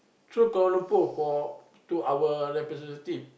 through Kuala Lumpur for to our representative